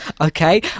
Okay